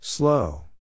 Slow